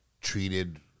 treated